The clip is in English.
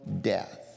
death